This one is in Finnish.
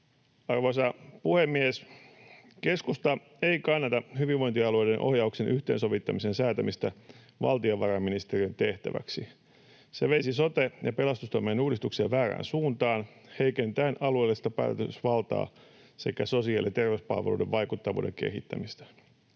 Arvoisa puhemies! Keskusta ei kannata hyvinvointialueiden ohjauksen yhteensovittamisen säätämistä valtiovarainministeriön tehtäväksi. Se veisi sote- ja pelastustoimen uudistuksia väärään suuntaan heikentäen alueellista päätösvaltaa sekä sosiaali- ja terveyspalveluiden vaikuttavuuden kehittämistä.